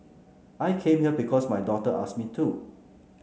I came here because my daughter asked me to